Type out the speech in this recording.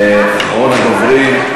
אחרון הדוברים.